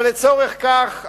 אבל לצורך כך,